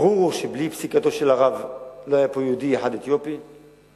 ברור שבלי פסיקתו של הרב לא היה כאן יהודי אתיופי אחד,